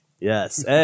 Yes